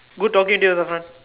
good talking to you Razman